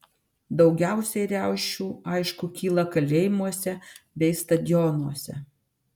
daugiausiai riaušių aišku kyla kalėjimuose bei stadionuose